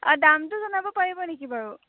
অ দামটো জনাব পাৰিব নেকি বাৰু